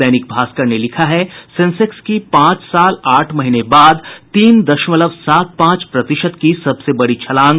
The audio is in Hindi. दैनिक भास्कर लिखता है सेंसेक्स की पांच साल आठ महीने बाद तीन दशमलव सात पांच प्रतिशत की सबसे बड़ी छलांग